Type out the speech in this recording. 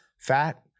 fat